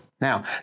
Now